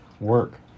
work